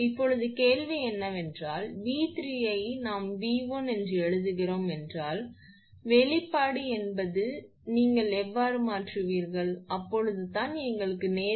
இப்போது கேள்வி என்னவென்றால் 𝑉3 யை நாம் V1 என்று எழுதுகிறோம் என்றால் வெளிப்பாடு என்பது நீங்கள் இங்கு மாற்றுவீர்கள் அப்போதுதான் எங்களுக்கு நேரடியாக 1